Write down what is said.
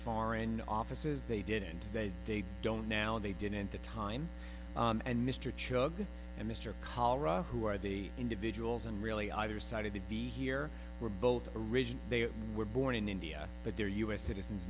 foreign offices they did and that they don't now they didn't the time and mr chugg and mr colorado who are the individuals and really either side of the be here were both originally they were born in india but they're u s citizens